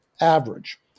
average